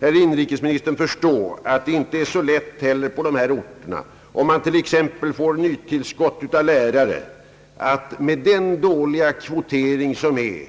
Herr inrikesministern måste förstå att det inte heller är så lätt att på dessa orter, om man t.ex. får nytillskott av lärare, med den nuvarande dåliga kvoteringen